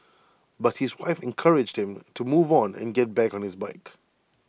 but his wife encouraged him to move on and get back on his bike